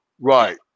Right